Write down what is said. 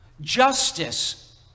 Justice